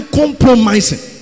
compromising